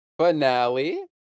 finale